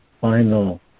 final